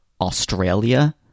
Australia